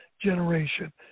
generation